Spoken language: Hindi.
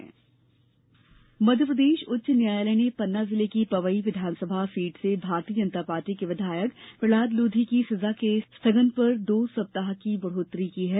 लोधी स्थगन मध्यप्रदेश उच्च न्यायालय ने पन्ना जिले की पवई विधानसभा सीट से भारतीय जनता पार्टी के विधायक प्रहलाद लोधी के सजा के स्थगन पर दो सप्ताह की बढ़ोतरी की है